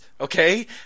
okay